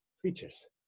creatures